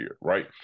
Right